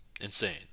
insane